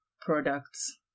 products